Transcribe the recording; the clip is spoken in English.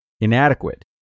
Inadequate